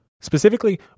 Specifically